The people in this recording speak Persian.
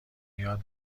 یاد